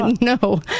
No